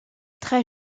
très